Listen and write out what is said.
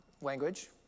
Language